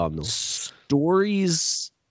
stories